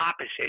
opposite